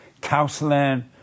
counseling